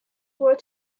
were